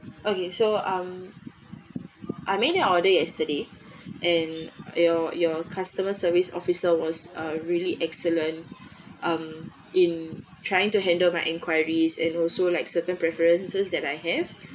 okay so um I made an order yesterday and your your customer service officer was uh really excellent um in trying to handle my inquiries and also like certain preferences that I have